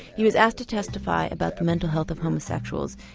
he was asked to testify about the mental health of homosexuals,